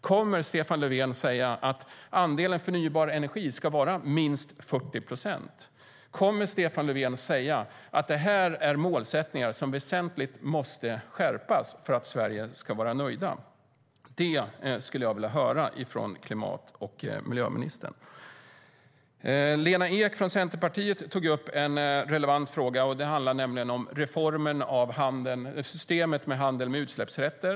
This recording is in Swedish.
Kommer Stefan Löfven att säga att andelen förnybar energi ska vara minst 40 procent? Kommer Stefan Löfven att säga att det är målsättningar som måste skärpas väsentligt för att Sverige ska vara nöjt? Det skulle jag vilja höra från klimat och miljöministern. Lena Ek från Centerpartiet tog upp en relevant fråga. Den handlade nämligen om reformen av systemet för handel med utsläppsrätter.